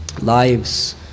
lives